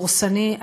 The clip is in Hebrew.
הוא דורסני,